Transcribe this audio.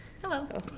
Hello